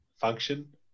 function